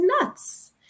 nuts